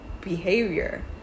behavior